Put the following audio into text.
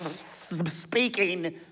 speaking